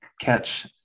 catch